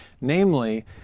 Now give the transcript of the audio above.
Namely